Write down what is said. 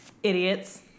Idiots